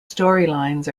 storylines